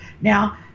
now